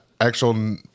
actual